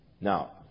Now